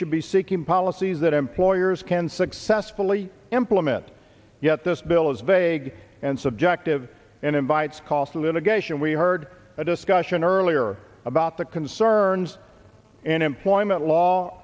should be seeking policies that employers can successfully implement yet this bill is vague and subjective and invites cost litigation we heard a discussion earlier about the concerns and employment law